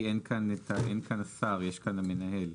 יש הסתייגות?